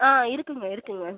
on இருக்குங்க இருக்குங்க